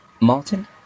Martin